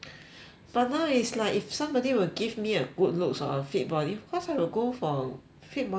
but no lah it's like if somebody will give me a good looks or a fit body of course I will go for fit body lah but